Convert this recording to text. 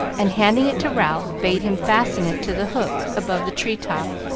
and, handing it to ralph, bade him fasten it to the hook above the tree-top,